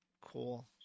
Cool